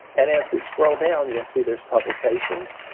and as we scroll down, you'll see there's publications,